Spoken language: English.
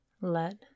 let